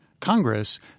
Congress